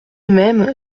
même